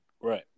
Right